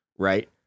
Right